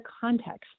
context